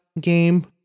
game